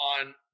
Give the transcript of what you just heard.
on